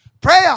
Prayer